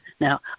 Now